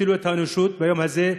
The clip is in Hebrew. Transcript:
שהצילו את האנושות ביום הזה.